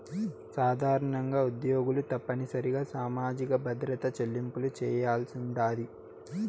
సాధారణంగా ఉద్యోగులు తప్పనిసరిగా సామాజిక భద్రత చెల్లింపులు చేయాల్సుండాది